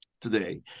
today